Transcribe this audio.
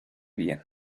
bien